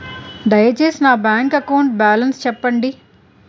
దయచేసి నా bank account balance చెప్పండి